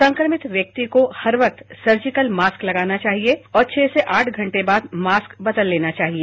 संक्रमित व्यक्ति को हर वक्त सर्जिकल मास्क लगाना चाहिए और छह से आठ घंटे बाद मास्क बदल लेना चाहिए